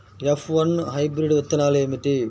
F one hybrid విత్తనాలు ఏమిటి?